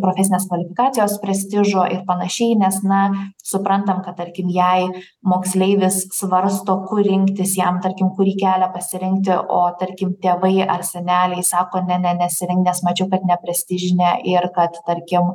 profesinės kvalifikacijos prestižo ir panašiai nes na suprantam kad tarkim jei moksleivis svarsto kur rinktis jam tarkim kurį kelią pasirinkti o tarkim tėvai ar seneliai sako ne ne nesirink mačiau kad ne prestižinė ir kad tarkim